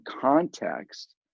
context